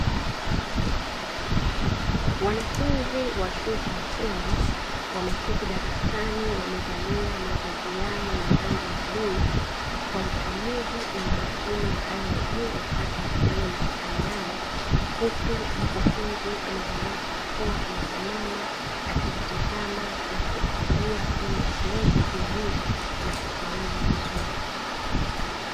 Wanafunzi wa chuo cha ufundi wameketi darasani wamevalia mavazi yao ya rangi ya bluu, kwa utulivu na umakini wa hali ya juu wakati wakifanya mitihani yao, huku mkufunzi amevalia barakoa amesimama akiwatazama na kuwakagua ili wasiweze kuibia na kufaulu vizuri.